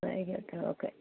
വൈകിട്ട് ഓക്കെ